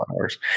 hours